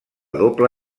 doble